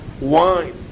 wine